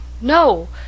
no